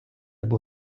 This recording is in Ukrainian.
або